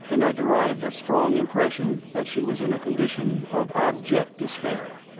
and i derived a strong impression that she was in a condition of abject despair.